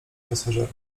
pasażerów